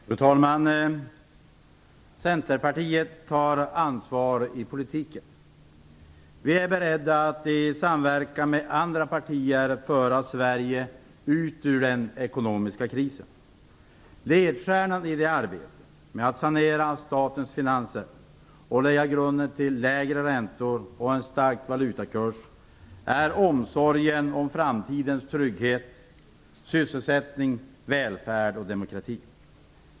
Fru talman! Centerpartiet tar ansvar i politiken. Vi är beredda att i samverkan med andra partier föra Sverige ut ur den ekonomiska krisen. Ledstjärnan i arbetet med att sanera statens finanser och lägga grunden till lägre räntor och en stark valutakurs är omsorgen om framtidens trygghet, sysselsättning, välfärd och demokrati.